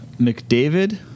McDavid